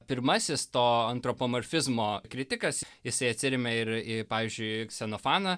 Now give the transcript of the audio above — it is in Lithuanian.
pirmasis to antropomorfizmo kritikas jisai atsiremia ir į pavyzdžiui ksenofaną